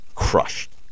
Crushed